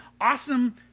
awesome